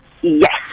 Yes